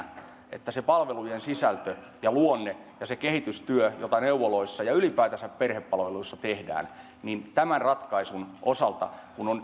että se palvelujen sisältö ja luonne ja se kehitystyö jota neuvoloissa ja ylipäätänsä perhepalveluissa tehdään tämän ratkaisun osalta tässä kohdassa kun on